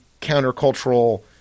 countercultural